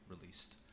released